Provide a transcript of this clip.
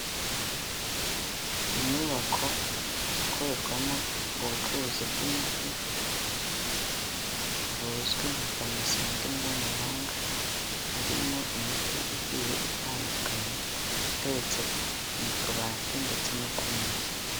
Inyubako ikorerwamo ubucuruzi bw'imiti buzwi nka pharmacy mu ndimi z'amahanga, harimo imiti igiye itandukanye iteretse mu tubati ndetse no ku meza.